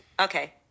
okay